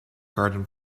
garden